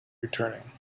returning